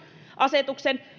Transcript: asetuksen